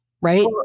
right